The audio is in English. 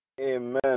Amen